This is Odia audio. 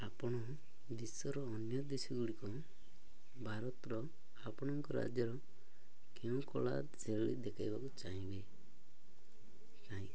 ଆପଣ ଦେଶର ଅନ୍ୟ ଦେଶ ଗୁଡ଼ିକ ଭାରତର ଆପଣଙ୍କ ରାଜ୍ୟର କେଉଁ କଳା ଶୈଳି ଦେଖେଇବାକୁ ଚାହିଁବେ ଚାହିଁ